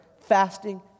fasting